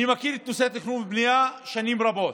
אני מכיר את נושא התכנון והבנייה שנים ורבות.